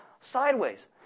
sideways